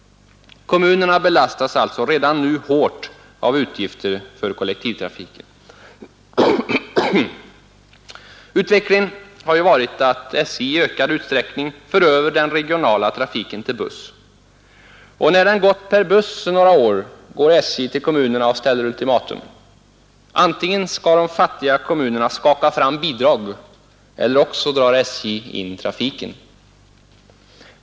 Kommunerna belastas alltså redan nu hårt av utgifter för kollektivtrafiken. Utvecklingen har varit den att SJ i ökad utsträckning för över den regionala trafiken på bussar, och när den trafiken har upprätthållits några år går SJ till kommunerna och ställer ultimatum: antingen skall de fattiga kommunerna skaka fram bidrag eller också drar SJ in trafiken.